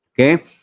Okay